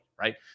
right